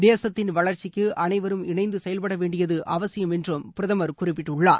தேசத்தின் வளர்ச்சிக்கு அனைவரும் இணைந்து செயல்பட வேண்டியது அவசியம் என்றும் பிரதமர் குறிப்பிட்டுள்ளார்